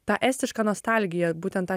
tą estišką nostalgiją būtent tą